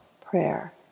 prayer